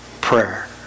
Prayer